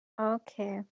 Okay